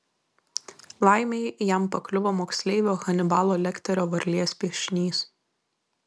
laimei jam pakliuvo moksleivio hanibalo lekterio varlės piešinys